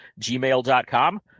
gmail.com